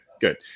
good